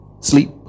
sleep